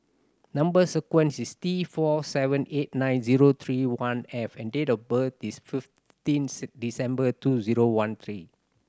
number sequence is T four seven eight nine zero three one F and date of birth is fifteenth December two zero one three